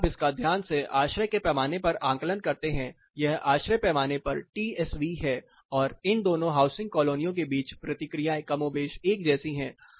यदि आप इसका ध्यान से आश्रय के पैमाने पर आकलन करते हैं यह ASHRAE पैमाने पर टीएसवी है और इन दोनों हाउसिंग कॉलोनियों के बीच प्रतिक्रियाएं कमोबेश एक जैसी हैं